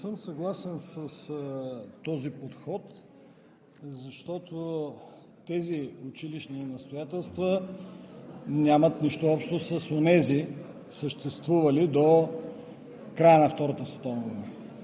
Не съм съгласен с този подход, защото тези училищни настоятелства нямат нищо общо с онези, съществували до края на Втората световна война